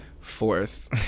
force